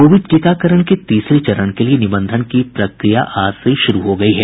Covid टीकाकरण के तीसरे चरण के लिये निबंधन की प्रक्रिया आज से शुरू हो गई है